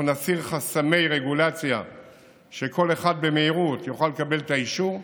אנחנו נסיר חסמי רגולציה כדי שכל אחד יוכל לקבל את האישור במהירות,